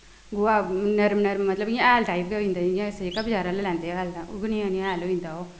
गोहा नर्म नर्म मतलब इ'यां हैल टाइप गै होई जंदा जि'यां जेह्का अस बजारै आह्ला लैंदे हैल तां उ'ऐ नेहा नेहा होई जंदा ओह्